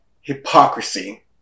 hypocrisy